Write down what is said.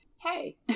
hey